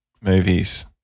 movies